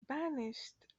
vanished